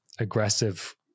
aggressive